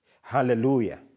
Hallelujah